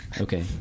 Okay